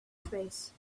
space